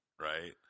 Right